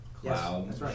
cloud